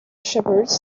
shepherds